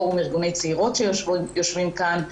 פורום ארגוני צעירות שיושבות כאן,